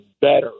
better